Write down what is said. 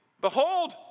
behold